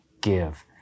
give